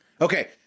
Okay